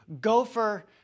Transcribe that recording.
gopher